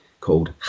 called